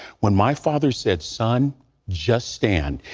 when my father said son just stand,